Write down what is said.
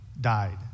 died